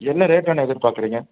என்ன ரேட்டு அண்ணா எதிர் பார்க்குறிங்க